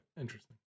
interesting